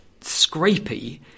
Scrapey